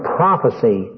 prophecy